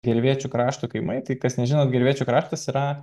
gervėčių krašto kaimai tai kas nežinot gervėčių kraštas yra